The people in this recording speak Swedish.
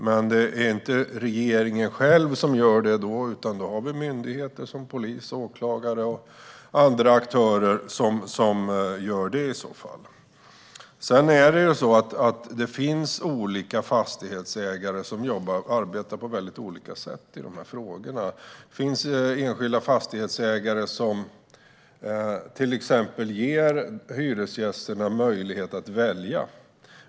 Men det är då inte regeringen själv som gör detta, utan i så fall har vi myndigheter som polis och åklagare och andra aktörer som gör det. Sedan finns det fastighetsägare som arbetar på väldigt olika sätt i de här frågorna. Det finns enskilda fastighetsägare som till exempel ger hyresgästerna möjlighet att välja.